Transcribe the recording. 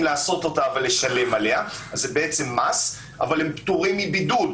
לעשות אותה ולשלם עליה כך שזה בעצם מס אבל הם פטורים מבידוד.